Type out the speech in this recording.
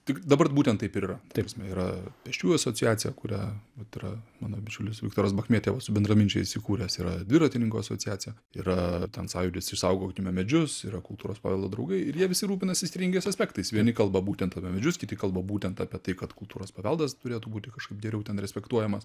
tik dabar būtent taip ir yra ta prasme yra pėsčiųjų asociacija kurią vat yra mano bičiulis viktoras bachmietevas su bendraminčiais įkūręs yra dviratininkų asociacija yra ten sąjūdis išsaugokime medžius yra kultūros paveldo draugai ir jie visi rūpinasi skirtingais aspektais vieni kalba būtent apie medžius kiti kalba būtent apie tai kad kultūros paveldas turėtų būti kažkaip geriau ten respektuojamas